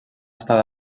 estada